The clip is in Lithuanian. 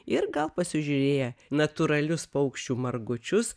ir gal pasižiūrėję natūralius paukščių margučius